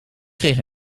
kreeg